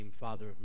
Father